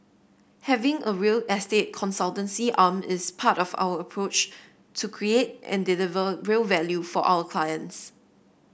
having a real estate consultancy arm is part of our approach to create and deliver real value for our clients